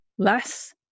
Less